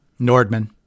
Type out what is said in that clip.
Nordman